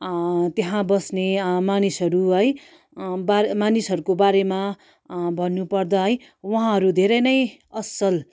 त्यहाँ बस्ने मानिसहरू है बारे मानिसहरूको बारेमा भन्नु पर्दा है उहाँहरू धेरै नै असल